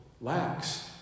lacks